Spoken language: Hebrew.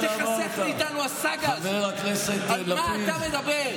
חבר הכנסת לפיד,